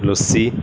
lassi